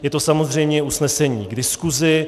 Je to samozřejmě usnesení k diskusi.